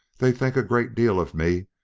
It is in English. they think a great deal of me,